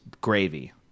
gravy